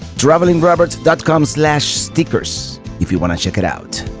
travelingrobert dot com slash stickers if you wanna check it out.